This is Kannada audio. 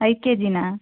ಐದು ಕೆಜಿನಾ